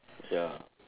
ya